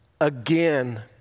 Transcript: Again